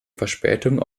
verspätung